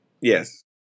Yes